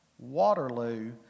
Waterloo